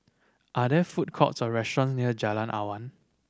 are there food courts or restaurant near Jalan Awan